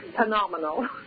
phenomenal